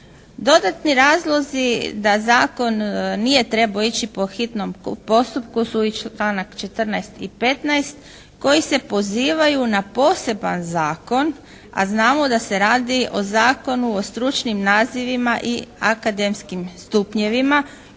Dodatni razlozi da zakon nije trebao ići po hitnom postupku su i članak 14. i 15. koji se pozivaju na poseban zakon a znamo da se radi o Zakonu o stručnim nazivima i akademskim stupnjevima